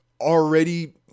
already